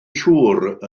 siŵr